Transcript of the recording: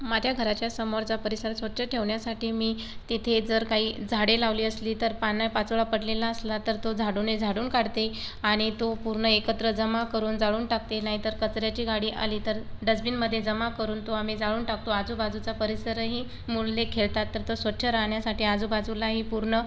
माझ्या घराच्या समोरचा परिसर स्वच्छ ठेवण्यासाठी मी तिथे जर काही झाडे लावली असली तर पानं पाचोळा पडलेला असला तर तो झाडूने झाडून काढते आणि तो पूर्ण एकत्र जमा करून जाळून टाकते नाहीतर कचऱ्याची गाडी आली तर डस्टबिनमध्ये जमा करून तो आम्ही जाळून टाकतो आजूबाजूचा परिसरही मुले खेळतात तर तो स्वच्छ राहण्यासाठी आजूबाजूलाही पूर्ण